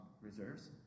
reserves